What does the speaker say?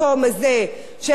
שאירועי "תג מחיר",